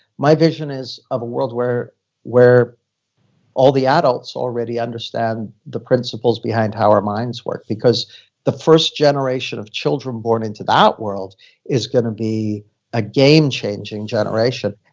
my vision is of a world where where all the adults already understand the principles behind how our minds work because the first generation of children born into that world is going to be a game-changing generation.